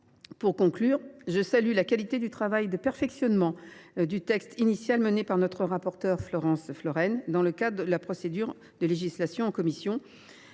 Pour conclure, je salue la qualité du travail de perfectionnement du texte initial mené par notre rapporteure, Isabelle Florennes, dans le cadre de la procédure de législation en commission.